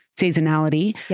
seasonality